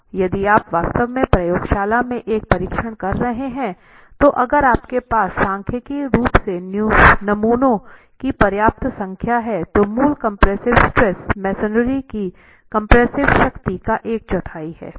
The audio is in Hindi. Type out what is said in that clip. तो यदि आप वास्तव में प्रयोगशाला में एक परीक्षण कर रहे हैं तो अगर आपके पास सांख्यिकीय रूप से नमूनों की पर्याप्त संख्या हैं तो मूल कम्प्रेसिव स्ट्रेस मेसनरी की कम्प्रेसिव शक्ति का एक चौथाई है